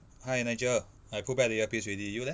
hi nigel I put back the earpiece already you leh